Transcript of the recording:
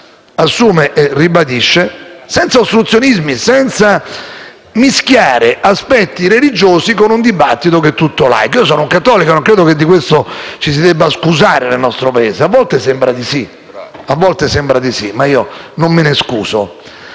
assume e ribadisce, senza ostruzionismi e senza mischiare aspetti religiosi con un dibattito che è tutto laico. Io sono cattolico e non credo che di questo ci si debba scusare nel nostro Paese (a volte sembra di sì, ma io non lo faccio);